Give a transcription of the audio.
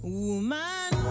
woman